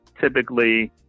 typically